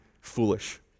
foolish